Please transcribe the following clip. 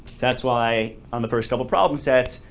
that's why on the first couple problem sets,